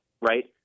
right